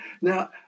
Now